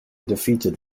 defeated